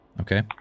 Okay